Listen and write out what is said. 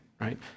right